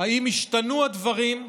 האם השתנו הדברים?